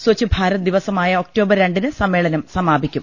സ്വച്ച് ഭാരത് ദിവസമായ ഒക്ടോബർ രണ്ടിന് സമ്മേളനം സമാപിക്കും